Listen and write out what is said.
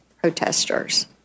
protesters